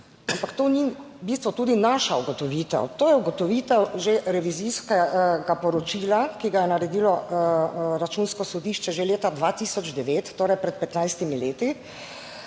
Ampak, to ni v bistvu naša ugotovitev, to je ugotovitev revizijskega poročila, ki ga je naredilo Računsko sodišče že leta 2009, torej pred 15 leti,